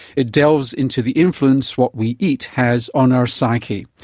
it delves into the influence what we eat has on our psyche.